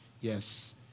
yes